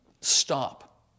Stop